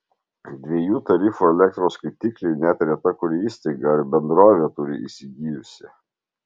dviejų tarifų elektros skaitiklį net reta kuri įstaiga ar bendrovė turi įsigijusi